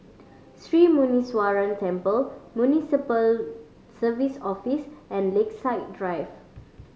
Sri Muneeswaran Temple Municipal Services Office and Lakeside Drive